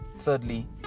Thirdly